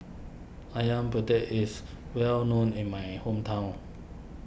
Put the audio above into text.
Ayam Penyet is well known in my hometown